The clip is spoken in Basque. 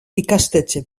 ikastetxe